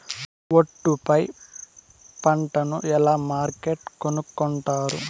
ఒట్టు పై పంటను ఎలా మార్కెట్ కొనుక్కొంటారు?